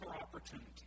opportunity